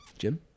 Jim